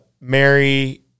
Mary